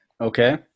Okay